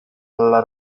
alla